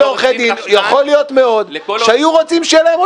יכול להיות מאוד שהיו רוצים שיהיה להם עוד